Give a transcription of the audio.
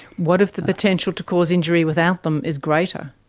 what if the potential to cause injury without them is greater?